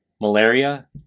malaria